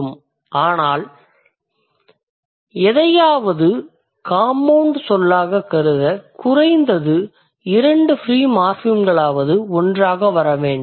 இல்லையெனில் எதையாவது காம்பவுண்ட் சொல்லாகக் கருத குறைந்தது இரண்டு ஃப்ரீ மார்ஃபிம்களாவது ஒன்றாக வரவேண்டும்